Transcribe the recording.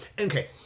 Okay